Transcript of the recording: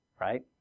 Right